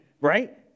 right